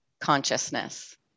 consciousness